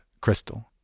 crystal